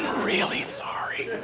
really sorry.